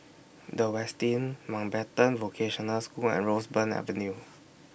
The Westin Mountbatten Vocational School and Roseburn Avenue